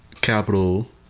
Capital